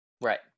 Right